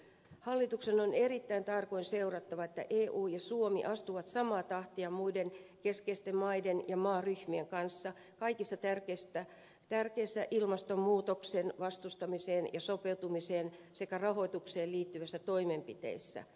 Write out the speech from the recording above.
hallituksen on erittäin tarkoin seurattava että eu ja suomi astuvat samaa tahtia muiden keskeisten maiden ja maaryhmien kanssa kaikissa tärkeissä ilmastonmuutoksen vastustamiseen ja sopeutumiseen sekä rahoitukseen liittyvissä toimenpiteissä